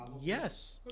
Yes